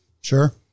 Sure